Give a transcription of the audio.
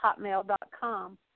hotmail.com